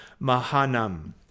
mahanam